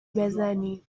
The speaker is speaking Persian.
بزنی